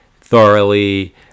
thoroughly